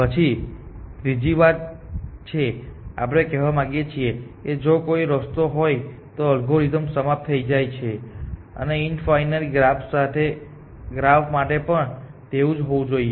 પછી ત્રીજી વાત જે આપણે કહેવા માંગીએ છીએ કે જો કોઈ રસ્તો હોય તો અલ્ગોરિધમ સમાપ્ત થઈ જાય છે અને ઇન્ફાઇનાઇટ ગ્રાફ માટે પણ તેવું જ હોવું જોઈએ